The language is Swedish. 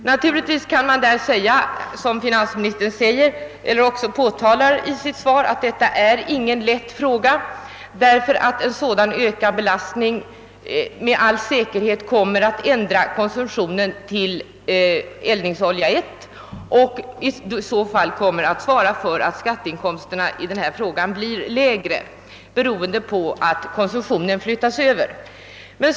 Naturligtvis kan man säga som finansministern i svaret, att detta inte är någon lätt fråga, eftersom en ökad skattebelastning med all säkerhet kommer att ändra konsumtionen mot eldningsolja I, och i så fall blir de totala skatteinkomsterna lägre. Konsumtionen flyttas ju då över.